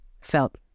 felt